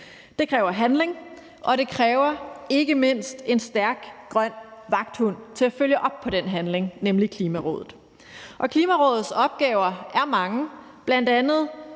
Det kræver handling, og det kræver ikke mindst en stærk grøn vagthund til at følge op på den handling, nemlig Klimarådet. Og Klimarådets opgaver er mange, bl.a. at